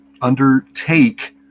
undertake